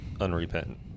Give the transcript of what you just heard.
unrepentant